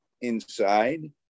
inside